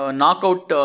knockout